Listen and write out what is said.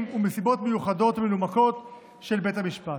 ומסיבות מיוחדות ומנומקות של בית המשפט.